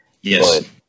Yes